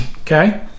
Okay